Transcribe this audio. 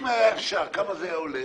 אם היה אפשר, כמה זה היה עולה?